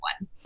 one